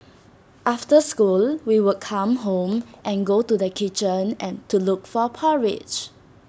after school we would come home and go to the kitchen and to look for porridge